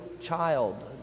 child